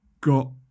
got